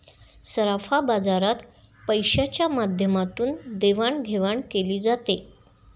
सराफा बाजारात पैशाच्या माध्यमातून देवाणघेवाण केली जाते